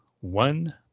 one